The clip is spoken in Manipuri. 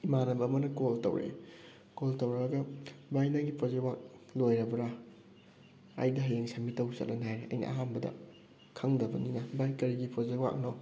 ꯏꯃꯥꯟꯅꯕ ꯑꯃꯅ ꯀꯣꯜ ꯇꯧꯔꯛꯑꯦ ꯀꯣꯜ ꯇꯧꯔꯛꯑꯒ ꯚꯥꯏ ꯅꯪꯒꯤ ꯄ꯭ꯔꯣꯖꯦꯛ ꯋꯥꯔꯛ ꯂꯣꯏꯔꯕ꯭ꯔꯥ ꯑꯩꯗꯤ ꯍꯌꯦꯡ ꯁꯥꯕꯃꯤꯠ ꯇꯧꯕ ꯆꯠꯂꯅꯤ ꯍꯥꯏꯔꯦ ꯑꯩꯅ ꯑꯍꯥꯟꯕꯗ ꯈꯪꯗꯕꯅꯤꯅ ꯚꯥꯏ ꯀꯔꯤꯒꯤ ꯄ꯭ꯔꯣꯖꯦꯛ ꯋꯥꯔꯛꯅꯣ